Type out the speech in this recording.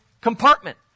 compartment